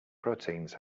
proteins